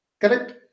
Correct